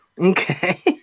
Okay